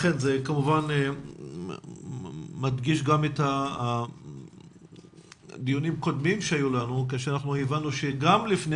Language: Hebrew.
אכן זה כמובן מדגיש גם את הדיונים הקודמים שהיו לנו כשהבנו שגם לפני